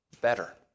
better